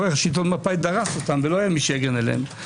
ששלטון מפא"י דרס אותם ולא היה מי שיגן עליהם.